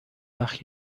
وقت